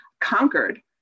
conquered